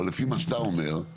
אבל לפי מה שאתה אומר,